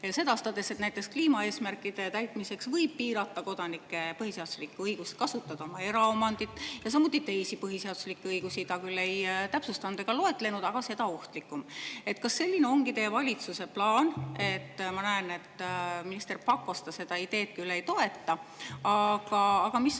sedastades, et näiteks kliimaeesmärkide täitmiseks võib piirata kodanike põhiseaduslikku õigust kasutada oma eraomandit, samuti teisi põhiseaduslikke õigusi [võib piirata]. Ta küll ei täpsustanud ega loetlenud neid, aga [see on] seda ohtlikum. Kas selline ongi teie valitsuse plaan? Ma näen, et minister Pakosta seda ideed küll ei toeta, aga mis